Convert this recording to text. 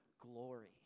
glory